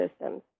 systems